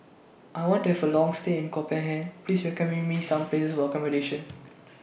I want to Have A Long stay in Copenhagen Please recommend Me Some Places For accommodation